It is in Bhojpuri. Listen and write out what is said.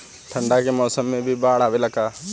ठंडा के मौसम में भी बाढ़ आवेला का?